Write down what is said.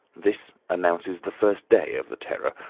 this announces the first day of the terror.